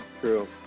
True